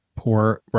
Poor